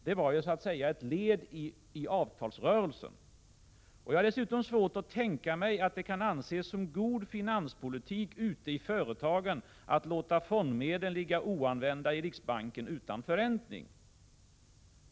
Det var ett led i avtalsrörelsen att fonderna skulle komma de anställda till del. Jag har dessutom svårt att tänka mig att det kan anses som god finanspolitik ute i företagen att låta fondmedlen ligga oanvända i riksbanken utan förräntning.